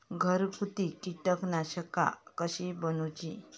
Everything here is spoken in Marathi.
घरगुती कीटकनाशका कशी बनवूची?